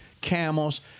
camels